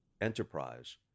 enterprise